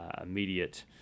immediate